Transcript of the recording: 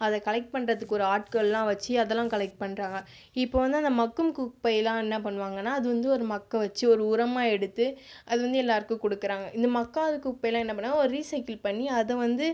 அத கலெக்ட் பண்ணுறதுக்கு ஒரு ஆட்கள்லாம் வச்சு அதெல்லாம் கலெக்ட் பண்ணுறாங்க இப்போ வந்து அந்த மட்கும் குப்பைலாம் என்ன பண்ணுவாங்கன்னா அது வந்து ஒரு மட்க வெச்சு ஒரு உரமாக எடுத்து அது வந்து எல்லோருக்கும் கொடுக்கறாங்க இந்த மட்காத குப்பையிலாம் என்ன பண்ணா ஒரு ரீசைக்கிள் பண்ணி அதை வந்து